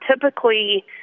Typically